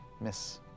miss